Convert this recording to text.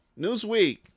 Newsweek